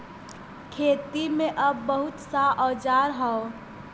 खेती में अब बहुत सा औजार हौ